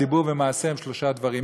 דיבור ומעשה הם שלושה דברים.